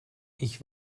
ich